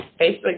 Facebook